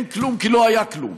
אין כלום כי לא היה כלום.